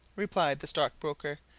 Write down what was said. replied the stockbroker.